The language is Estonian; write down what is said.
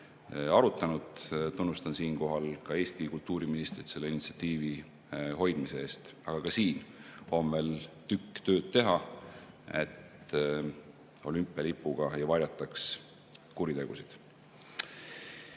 arutanud. Tunnustan siinkohal ka Eesti kultuuriministrit selle initsiatiivi hoidmise eest. Aga ka siin on veel tükk tööd teha, et olümpialipuga ei varjataks kuritegusid.